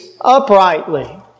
uprightly